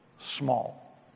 small